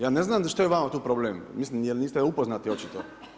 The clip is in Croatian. Ja ne znam što je vama tu problem, mislim jel niste upoznati očito.